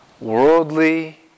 worldly